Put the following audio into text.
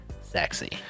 sexy